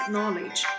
Knowledge